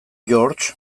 george